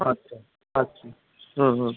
আচ্ছা আচ্ছা হুম হুম